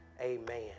amen